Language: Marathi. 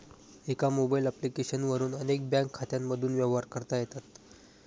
एका मोबाईल ॲप्लिकेशन वरून अनेक बँक खात्यांमधून व्यवहार करता येतात